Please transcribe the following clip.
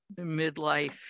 Midlife